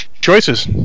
choices